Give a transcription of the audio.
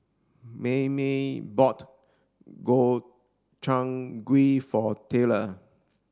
Maymie bought Gobchang Gui for Taylor